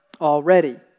already